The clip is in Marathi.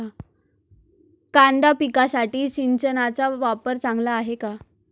कांदा पिकासाठी सिंचनाचा वापर चांगला आहे का?